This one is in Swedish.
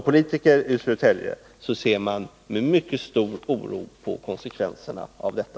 Politiker i Södertälje ser med mycket stor oro på konsekvenserna av detta.